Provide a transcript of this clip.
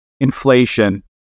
inflation